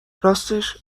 راستش